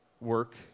work